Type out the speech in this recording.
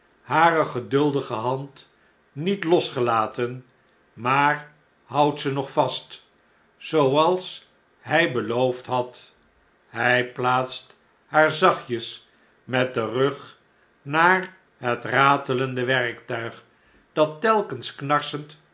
hare geduldige hand niet losgelaten maar houdt ze nog vast zooals hy beloofd had hy plaatst haar zachtjes met den rug naar het ratelende werktuig dat telkens knarsend